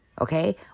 okay